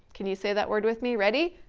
can you say that word with me ready?